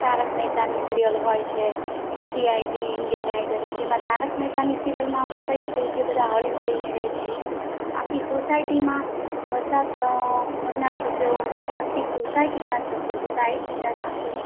તારક મહેતાની સીરિઅલ હોય છે કે C I D Indian Idol જેમાં તારક મહેતાની સીરિઅલમાં આપણે કહીએ તો જે બધા હળીમળીને રહે છે આખી સોસાયટીમાં બધા સ ઘરના સભ્યો કે આખી સોસાયટીના સભ્યો બધા એકબીજા સાથે